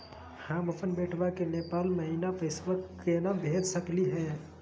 हम अपन बेटवा के नेपाल महिना पैसवा केना भेज सकली हे?